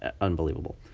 unbelievable